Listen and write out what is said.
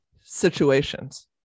Situations